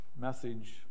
message